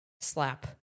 slap